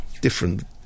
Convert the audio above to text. different